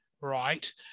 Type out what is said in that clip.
right